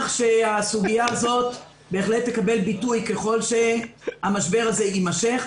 שהסוגיה הזאת בהחלט תקבל ביטוי ככל שהמשבר הזה יימשך.